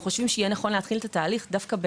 יהיה נכון להתחיל את התהליך דווקא,